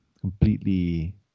completely